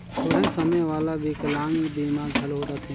थोरहें समे वाला बिकलांग बीमा घलो रथें